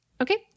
Okay